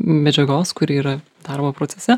medžiagos kuri yra darbo procese